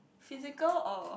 physical or